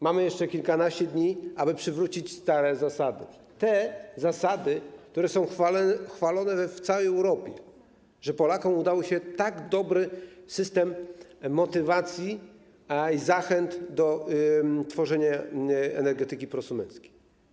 Mamy jeszcze kilkanaście dni, aby przywrócić stare zasady, te zasady, które są chwalone w całej Europie, że Polakom udało się stworzyć tak dobry system motywacji i zachęt do tworzenia energetyki prosumenckiej.